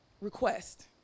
request